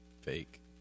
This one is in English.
Fake